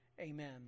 Amen